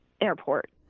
airport